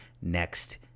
next